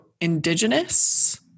indigenous